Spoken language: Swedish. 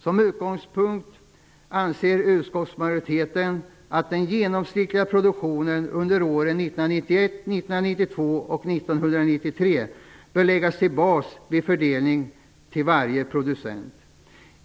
Som utgångspunkt anser utskottsmajoriteten att den genomsnittliga produktionen under åren 1991, 1992 och 1993 bör utgöra bas vid fördelning till varje producent.